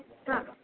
हां